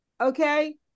okay